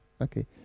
Okay